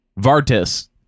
Vartis